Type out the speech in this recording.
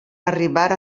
arribar